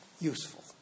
useful